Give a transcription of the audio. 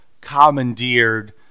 commandeered